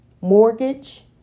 Mortgage